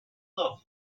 love